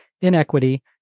inequity